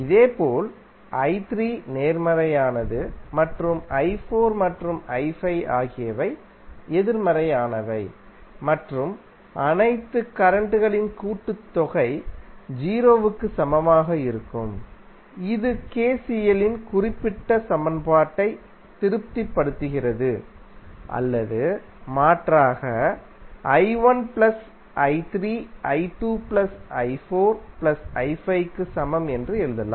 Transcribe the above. இதேபோல் i3நேர்மறையானது மற்றும் i4மற்றும் i5ஆகியவை எதிர்மறையானவை மற்றும் அனைத்து கரண்ட் களின் கூட்டுத்தொகை 0 க்கு சமமாக இருக்கும் இது KCL இன் குறிப்பிட்ட சமன்பாட்டை திருப்திப்படுத்துகிறது அல்லது மாற்றாக i1ப்ளஸ் i3i2 பிளஸ் i4பிளஸ் i5 க்கு சமம்என்று எழுதலாம்